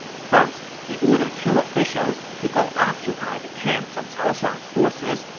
first, he ordered two officials to go occupy the camps of cao shuang's forces,